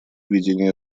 ведения